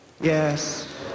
Yes